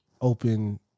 open